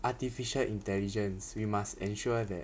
artificial intelligence we must ensure that